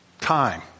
time